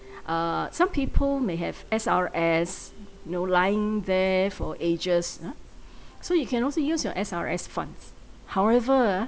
uh some people may have S_R_S know lying there for ages ah so you can also use your S_R_S funds however ah